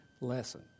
lesson